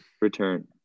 Return